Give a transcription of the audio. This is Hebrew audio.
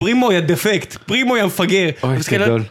פרימו יא דפקט, פרימו יא מפגר. אוי זה גדול